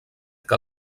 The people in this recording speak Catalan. que